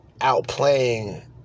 outplaying